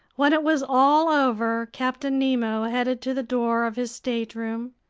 when it was all over, captain nemo headed to the door of his stateroom,